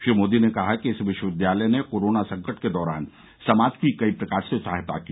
श्री मोदी ने कहा कि इस विश्वविद्यालय ने कोरोना संकट के दौरान समाज की कई प्रकार से सहायता की